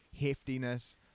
heftiness